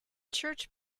church